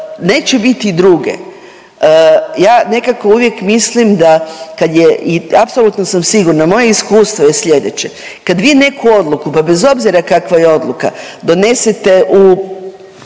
neće biti druge. Ja nekako uvijek mislim da kad je i apsolutno sam sigurna, moje iskustvo je slijedeće, kad vi neku odluku pa bez obzira kakva je odluka donesete u